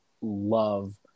love